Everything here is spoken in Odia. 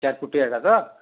ଚାର ଫୁଟିଆ ତ